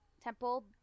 Temple